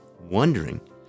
wondering